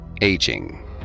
Aging